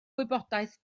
wybodaeth